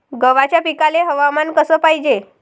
गव्हाच्या पिकाले हवामान कस पायजे?